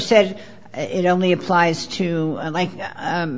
said it only applies to like